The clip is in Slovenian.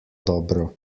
dobro